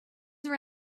were